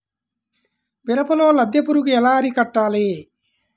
మిరపలో లద్దె పురుగు ఎలా అరికట్టాలి?